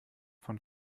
von